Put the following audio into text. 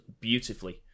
beautifully